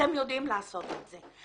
אתם יודעים לעשות את זה.